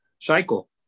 cycle